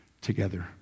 together